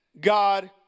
God